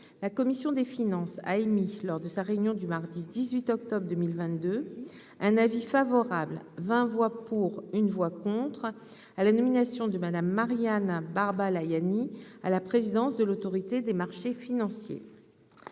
la commission des finances, a émis lors de sa réunion du mardi 18 octobre 2022, un avis favorable 20 voix pour, une voix contre à la nomination de Madame Marianne Barbat Layani à la présidence de l'Autorité des marchés financiers,